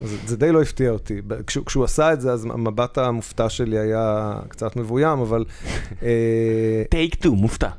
זה די לא הפתיע אותי, כשהוא עשה את זה, אז מבט המופתע שלי היה קצת מבוים, אבל... טייק 2 מופתע.